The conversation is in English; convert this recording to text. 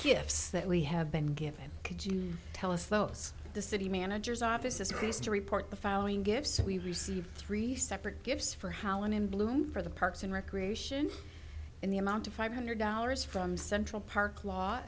kids that we have been given could you tell us close the city managers office is a place to report the following gifts we received three separate gifts for holland in bloom for the parks and recreation in the amount of five hundred dollars from central park law